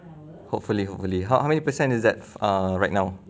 hopefully hopefully how how many percent is that err right now